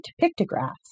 pictographs